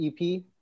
EP